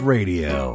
Radio